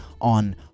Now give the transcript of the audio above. on